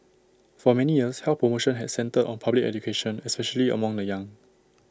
for many years health promotion had centred on public education especially among the young